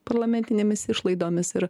parlamentinėmis išlaidomis ir